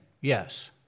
yes